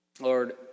Lord